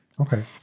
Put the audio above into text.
okay